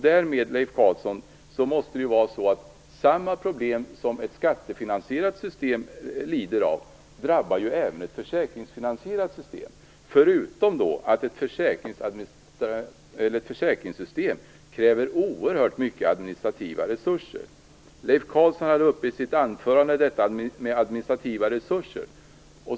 Därmed, Leif Carlson, drabbar samma problem som ett skattefinansierat system lider av även ett försärkingsfinansierat system, förutom att ett försäkringssystem kräver oerhört stora administrativa resurser. Leif Carlson talade i sitt anförande om administrativa resurser.